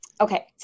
okay